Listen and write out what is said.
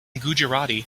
gujarati